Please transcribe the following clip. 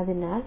അതിനാൽ